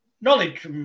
knowledge